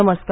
नमस्कार